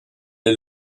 est